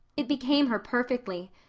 it became her perfectly,